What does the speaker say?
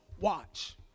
Watch